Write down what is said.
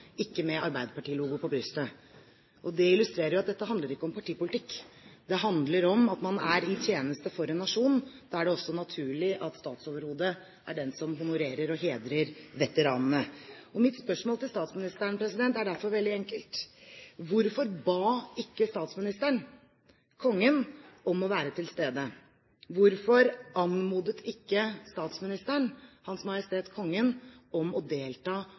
ikke med arbeiderpartilogo på brystet. Det illustrerer at dette ikke handler om partipolitikk. Det handler om at man er i tjeneste for en nasjon. Da er det også naturlig at statsoverhodet er den som honorerer og hedrer veteranene. Mitt spørsmål til statsministeren er derfor veldig enkelt: Hvorfor ba ikke statsministeren kongen om å være til stede? Hvorfor anmodet ikke statsministeren Hans Majestet Kongen om å delta